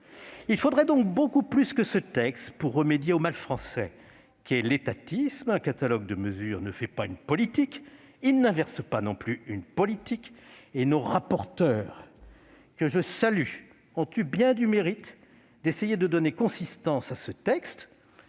Il faudrait donc beaucoup plus que ce texte pour remédier à ce mal français : l'étatisme. Un catalogue de mesures ne constitue pas ni ne peut inverser une politique. Nos rapporteurs, que je salue, ont eu bien du mérite d'essayer de donner consistance à ce texte.